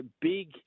big